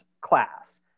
class